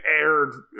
aired